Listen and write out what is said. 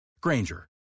Granger